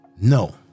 No